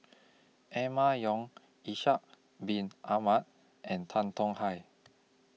Emma Yong Ishak Bin Ahmad and Tan Tong Hye